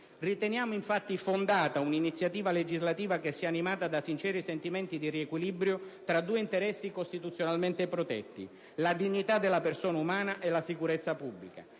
Riteniamo, infatti, fondata un'iniziativa legislativa che sia animata da sinceri sentimenti di riequilibrio tra due interessi costituzionalmente protetti: la dignità della persona umana e la sicurezza pubblica.